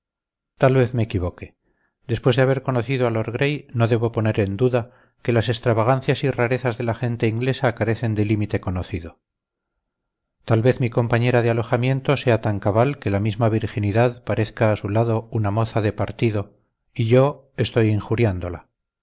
tal vez me equivoque después de haber conocido a lord gray no debo poner en duda que las extravagancias y rarezas de la gente inglesa carecen de límite conocido tal vez mi compañera de alojamiento sea tan cabal que la misma virginidad parezca a su lado una moza de partido y yo estoy injuriándola